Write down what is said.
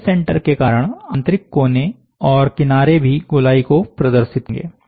dead centre के कारण आंतरिक कोने और किनारे भी गोलाई को प्रदर्शित करेंगे